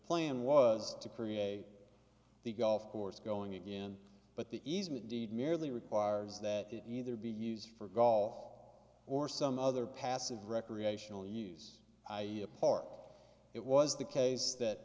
plan was to create the golf course going in but the easement deed merely requires that it either be used for golf or some other passive recreational use i e a park it was the case that